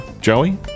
Joey